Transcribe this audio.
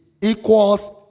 equals